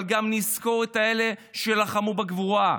אבל גם נזכור את אלה שלחמו בגבורה.